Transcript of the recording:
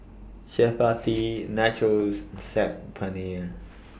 Chapati Nachos Saag Paneer